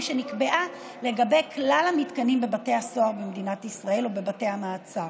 שנקבעה לגבי כלל המתקנים בבתי הסוהר ובבתי המעצר